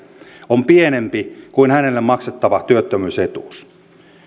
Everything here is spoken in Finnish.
on pienempi kuin hänelle maksettava työttömyysetuus